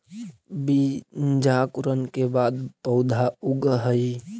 बीजांकुरण के बाद पौधा उगऽ हइ